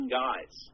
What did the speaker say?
guys